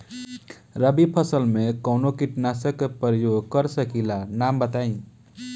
रबी फसल में कवनो कीटनाशक के परयोग कर सकी ला नाम बताईं?